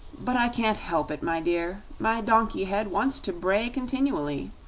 but i can't help it, my dear my donkey head wants to bray continually,